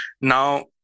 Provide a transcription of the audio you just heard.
Now